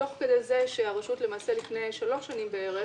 תוך כדי זה שהרשות לפני שלוש שנים בערך